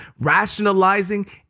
rationalizing